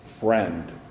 friend